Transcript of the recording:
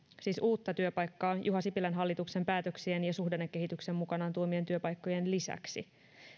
siis uutta työpaikkaa juha sipilän hallituksen päätöksien ja suhdannekehityksen mukanaan tuomien työpaikkojen lisäksi